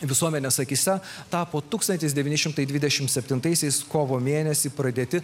visuomenės akyse tapo tūkstantis devyni šimtai dvidešimt septintaisiais kovo mėnesį pradėti